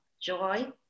joy